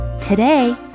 Today